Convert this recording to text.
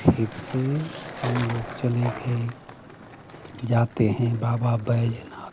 फिर से हम लोग चले गए जाते हैं बाबा बैजनाथ